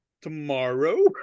tomorrow